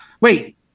Wait